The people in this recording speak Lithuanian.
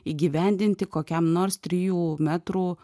įgyvendinti kokiam nors trijų metrų